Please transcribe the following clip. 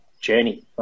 journey